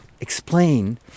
explain